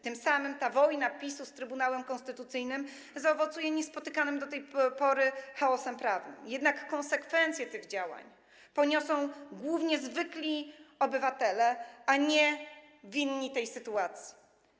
Tym samym ta wojna PiS-u z Trybunałem Konstytucyjnym zaowocuje niespotykanym do tej pory chaosem prawnym, jednak konsekwencje tych działań poniosą głównie zwykli obywatele, a nie winni tej sytuacji.